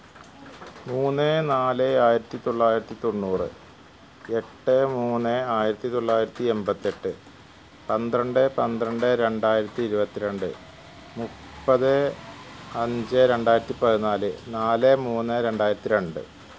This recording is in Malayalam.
മൂന്ന് നാല് ആയിരത്തി തൊള്ളായിരത്തി തൊണ്ണൂറ് എട്ട് മൂന്ന് ആയിരത്തി തൊള്ളായിരത്തി എൺപത്തെട്ട് പന്ത്രണ്ട് പന്ത്രണ്ട് രണ്ടായിരത്തി ഇരുപത്തി രണ്ട് മുപ്പത് അഞ്ച് രണ്ടായിരത്തി പതിനാല് നാല് മൂന്ന് രണ്ടായിരത്തി രണ്ട്